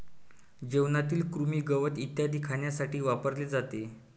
जेवणातील कृमी, गवत इत्यादी खाण्यासाठी वापरले जाते